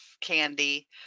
candy